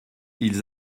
ils